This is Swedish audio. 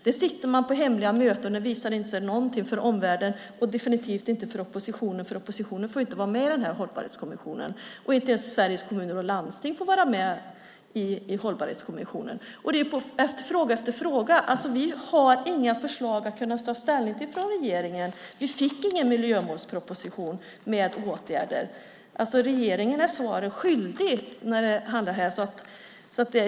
Den sitter på hemliga möten och visar sig inte för omvärlden, och definitivt inte för oppositionen. Oppositionen får inte vara med i Hållbarhetskommissionen. Inte ens Sveriges Kommuner och Landsting får vara med där. Så är det i fråga efter fråga. Vi har inga förslag att kunna ta ställning till från regeringen. Vi fick ingen miljömålsproposition med åtgärder. Regeringen är svaret skyldig när det handlar om det här.